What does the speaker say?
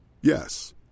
Yes